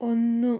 ഒന്ന്